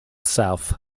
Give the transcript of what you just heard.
south